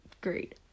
great